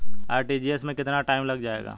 RTGS में कितना time लग जाएगा?